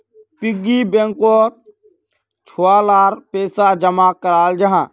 piggy बैंकोत छुआ लार पैसा जमा कराल जाहा